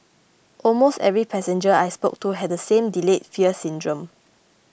almost every passenger I spoke to had the same delayed fear syndrome